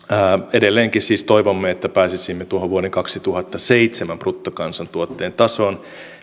edelleenkin siis toivomme että pääsisimme tuohon vuoden kaksituhattaseitsemän bruttokansantuotteen tasoon